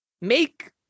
make